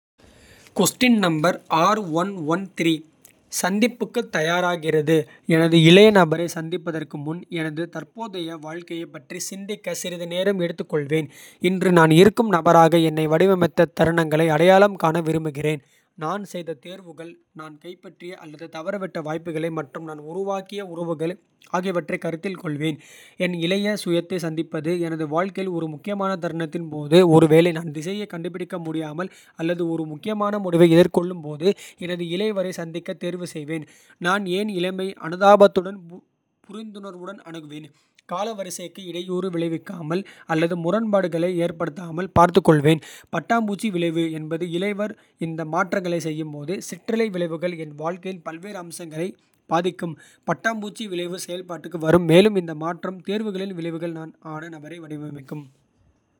சந்திப்புக்குத் தயாராகிறது எனது இளைய நபரைச். சந்திப்பதற்கு முன் எனது தற்போதைய வாழ்க்கையைப். பற்றி சிந்திக்க சிறிது நேரம் எடுத்துக்கொள்வேன். இன்று நான் இருக்கும் நபராக என்னை வடிவமைத்த. தருணங்களை அடையாளம் காண விரும்புகிறேன். நான் செய்த தேர்வுகள் நான் கைப்பற்றிய அல்லது தவறவிட்ட. வாய்ப்புகள் மற்றும் நான் உருவாக்கிய உறவுகள் ஆகியவற்றைக். கருத்தில் கொள்வேன் என் இளைய சுயத்தை சந்திப்பது. எனது வாழ்க்கையில் ஒரு முக்கிய தருணத்தின் போது. ​​ஒருவேளை நான் திசையைக் கண்டுபிடிக்க முடியாமல். அல்லது ஒரு முக்கியமான முடிவை எதிர்கொள்ளும் போது. எனது இளையவரைச் சந்திக்கத் தேர்வுசெய்வேன. நான் என் இளமையை அனுதாபத்துடனும் புரிந்துணர்வுடனும் அணுகுவேன். காலவரிசைக்கு இடையூறு விளைவிக்காமல் அல்லது. முரண்பாடுகளை ஏற்படுத்தாமல் பார்த்துக்கொள்கிறேன். பட்டாம்பூச்சி விளைவு எனது இளையவர் இந்த மாற்றங்களைச். செய்யும்போது ​​சிற்றலை விளைவுகள் என் வாழ்க்கையின் பல்வேறு. அம்சங்களை பாதிக்கும் பட்டாம்பூச்சி விளைவு செயல்பாட்டுக்கு வரும். மேலும் இந்த மாற்றப்பட்ட தேர்வுகளின் விளைவுகள். நான் ஆன நபரை வடிவமைக்கும்.